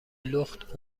لخت